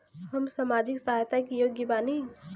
हम सामाजिक सहायता के योग्य बानी?